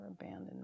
abandoned